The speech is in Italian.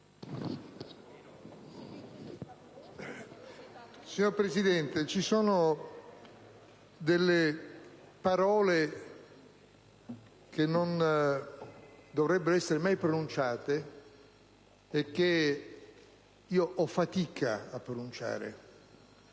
Signor Presidente, ci sono delle parole che non dovrebbero essere mai pronunciate e che io faccio fatica a pronunciare,